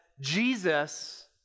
Jesus